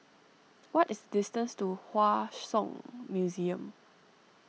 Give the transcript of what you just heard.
what is the distance to Hua Song Museum